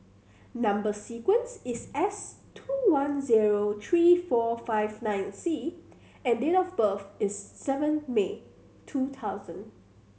number sequence is S two one zero three four five nine C and date of birth is seven May two thousand